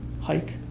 hike